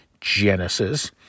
Genesis